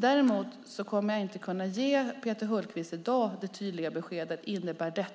Däremot kommer jag inte att kunna ge Peter Hultqvist i dag det tydliga beskedet om detta innebär